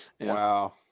wow